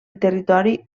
territori